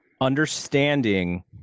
understanding